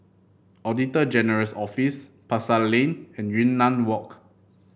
Auditor General's Office Pasar Lane and Yunnan Walk